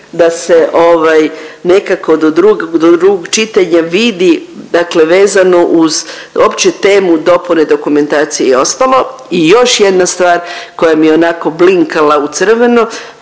da se ovaj nekako do drugog čitanja vidi dakle vezano uz uopće temu dopune dokumentacije i ostalo. I još jedna stvar koja mi je onako blikala u crveno